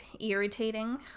irritating